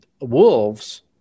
wolves